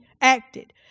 acted